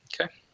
Okay